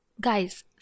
Guys